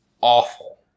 awful